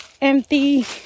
empty